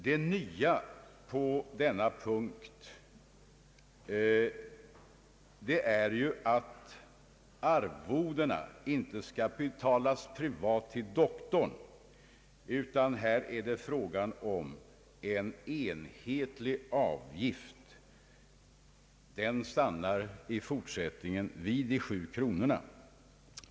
Det nya på denna punkt är att arvodena inte skall betalas privat till doktorn, utan här är det fråga om en enhetlig avgift. Den stannar i fortsättningen vid 7 kronor.